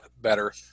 better